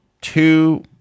two